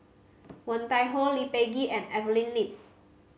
Woon Tai Ho Lee Peh Gee and Evelyn Lip